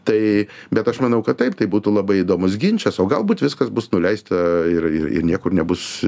tai bet aš manau kad taip tai būtų labai įdomus ginčas o galbūt viskas bus nuleista ir ir ir niekur nebus